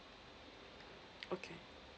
okay